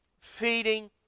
feeding